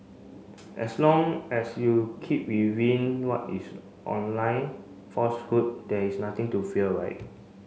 as long as you keep within what is online falsehood there is nothing to fear right